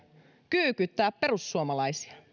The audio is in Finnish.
kyykyttää perussuomalaisia